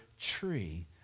tree